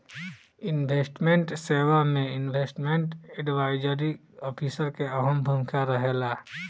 investment सेवा में investment advisory officer के अहम भूमिका रहेला